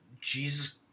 Jesus